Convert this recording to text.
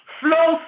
flow